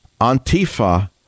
Antifa